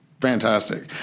fantastic